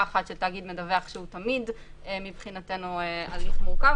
אחת של תאגיד מדווח שהוא תמיד מבחינתנו הליך מורכב